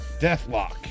Deathlock